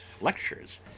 lectures